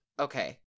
Okay